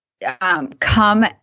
Come